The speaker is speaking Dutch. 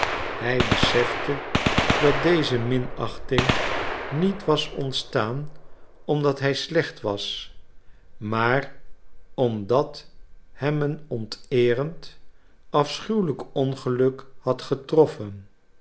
hij besefte dat deze minachting niet was ontstaan omdat hij slecht was maar omdat hem een onteerend afschuwelijk ongeluk had getroffen